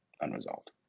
unresolved